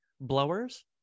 blowers